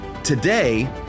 today